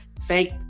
thank